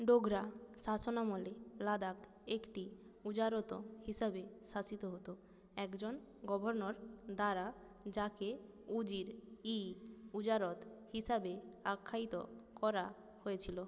ডোগরা শাসন আমলে লাদাখ একটি উজারোতো হিসাবে শাসিত হতো একজন গভর্নর দ্বারা যাকে উজির ই উজারত হিসাবে আখ্যায়িত করা হয়েছিলো